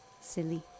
Silly